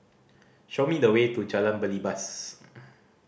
show me the way to Jalan Belibas